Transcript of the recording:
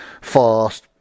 fast